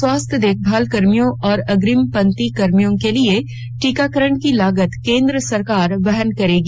स्वास्थ्य देखभाल कर्मियों और अग्रिम पंक्ति कर्मियों के लिए टीकाकरण की लागत केंद्र सरकार वहन करेगी